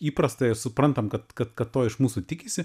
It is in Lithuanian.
įprasta ir suprantam kad kad kad to iš mūsų tikisi